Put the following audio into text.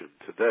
today